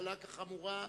קלה כחמורה,